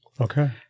Okay